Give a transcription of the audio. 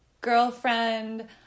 girlfriend